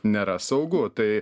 nėra saugu tai